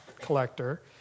collector